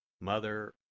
Mother